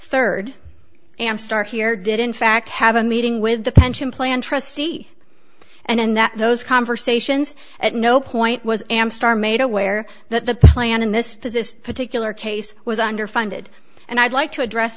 third am star hear did in fact have a meeting with the pension plan trustee and that those conversations at no point was am star made aware that the plan in this position particular case was underfunded and i'd like to address